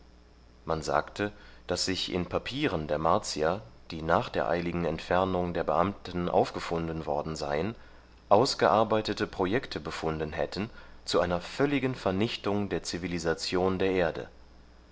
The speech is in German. man sagte daß sich in papieren der martier die nach der eiligen entfernung der beamten aufgefunden worden seien ausgearbeitete projekte befunden hätten zu einer völligen vernichtung der zivilisation der erde